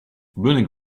burning